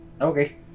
Okay